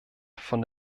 von